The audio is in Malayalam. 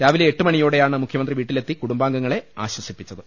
രാവിലെ എട്ടുമണിയോടെയാണ് മുഖ്യമന്ത്രി വീട്ടിലെത്തി കുടും ബാംഗങ്ങളെ ആശ്വസിപ്പിച്ചത്